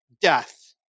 death